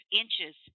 inches